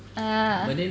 ah